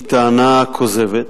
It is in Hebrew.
היא טענה כוזבת,